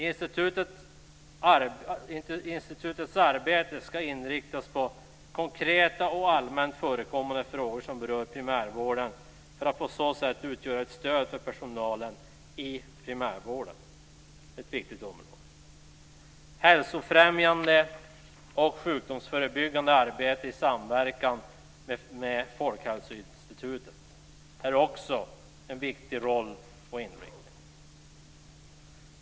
Institutets arbete ska inriktas på konkreta och allmänt förekommande frågor som berör primärvården för att på så sätt utgöra ett stöd för personalen i primärvården. Detta är ett viktigt område. Hälsofrämjande och sjukdomsförebyggande arbete i samverkan med Folkhälsoinstitutet är också en viktig roll och inriktning.